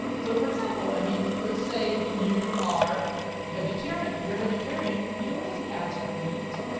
so for example i mean let's say that you are vegetarian and you're a vegetarian, you don't wanna see ads for meat,